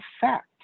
fact